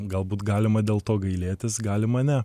galbūt galima dėl to gailėtis galima ne